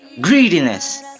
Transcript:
greediness